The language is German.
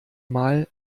mal